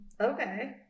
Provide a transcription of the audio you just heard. Okay